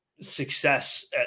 success